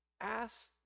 ask